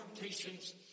patience